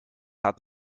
hat